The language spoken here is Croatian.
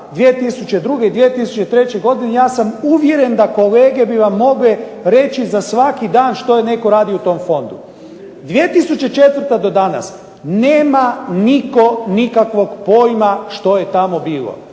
2002. i 2003. godine ja sam uvjeren da kolege bi vam mogle reći za svaki dan što je netko radio u tom fondu. 2004. do danas, nema nitko nikakvog pojma što je tamo bilo